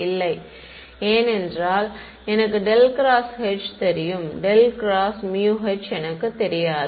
இல்லை ஏனென்றால் எனக்கு ∇× H தெரியும் ∇× μH எனக்கு தெரியாது